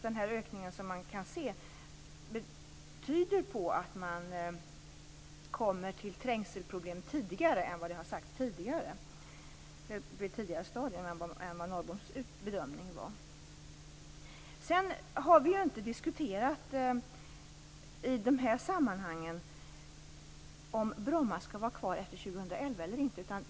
Den ökning som man kan se tyder väl på att man kommer till trängselproblem på ett tidigare stadium än som framgick av Norrboms bedömning. Vi har inte i de här sammanhangen diskuterat om Bromma skall vara kvar efter år 2011 eller inte.